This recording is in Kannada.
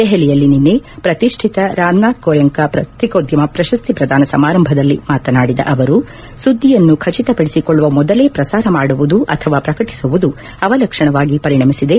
ದೆಹಲಿಯಲ್ಲಿ ನಿನ್ನೆ ಪ್ರತಿಷ್ಟಿತ ರಾಮನಾಥ್ ಗೋಯಂಕ ಪ್ರತಿಕೋದ್ಗಮ ಪ್ರಶಸ್ತಿ ಪ್ರದಾನ ಸಮಾರಂಭದಲ್ಲಿ ಮಾತನಾಡಿದ ಅವರು ಸುದ್ದಿಯನ್ನು ಖಚಿತಪಡಿಸಿಕೊಳ್ಳುವ ಮೊದಲೇ ಪ್ರಸಾರ ಮಾಡುವುದು ಅಥವಾ ಪ್ರಕಟಿಸುವುದು ಅವಲಕ್ಷಣವಾಗಿ ಪರಿಣಮಿಸಿದೆ